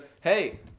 Hey